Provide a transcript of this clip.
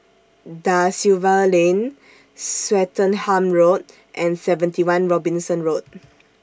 DA Silva Lane Swettenham Road and seventy one Robinson Road